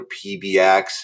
PBX